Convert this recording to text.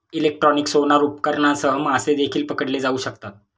electronic sonar उपकरणांसह मासे देखील पकडले जाऊ शकतात